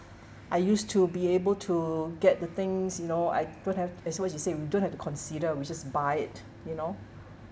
I used to be able to get the things you know I could have as what you said we don't have to consider we just buy it you know